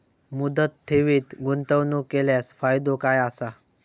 मुदत ठेवीत गुंतवणूक केल्यास फायदो काय आसा?